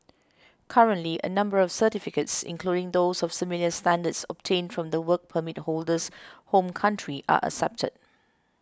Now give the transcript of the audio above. currently a number of certificates including those of similar standards obtained from the Work Permit holder's home country are accepted